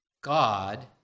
God